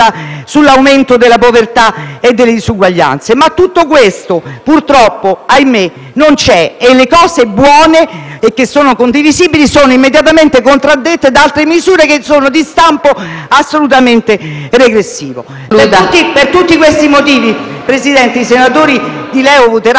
e l'aumento della povertà e delle disuguaglianze. Ma tutto questo purtroppo - ahimè - non c'è, e le cose buone e condivisibili sono immediatamente contraddette da altre misure che sono di stampo assolutamente regressivo. Per tutti questi motivi, i senatori di Liberi